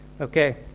Okay